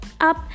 up